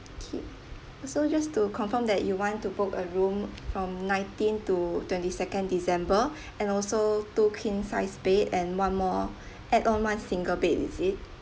okay so just to confirm that you want to book a room from nineteenth to twenty second december and also two queen size bed and one more add on one single bed is it